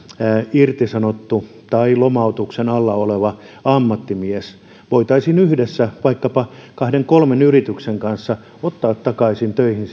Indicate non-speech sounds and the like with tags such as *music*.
irtisanottu tai lomautuksen alla oleva ammattimies voitaisiin yhdessä vaikkapa kahden kolmen yrityksen kesken ottaa takaisin töihin *unintelligible*